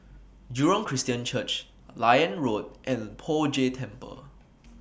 Jurong Christian Church Liane Road and Poh Jay Temple